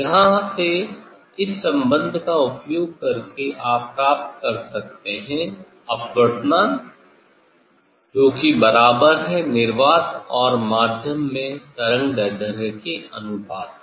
यहां से इस संबंध का उपयोग करके आप प्राप्त कर सकते है अपवर्तनांक जो कि बराबर है निर्वात और माध्यम में तरंगदैर्ध्य के अनुपात के